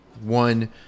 one